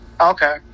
Okay